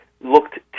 looked